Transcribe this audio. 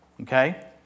Okay